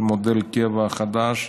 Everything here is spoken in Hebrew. על מודל הקבע החדש.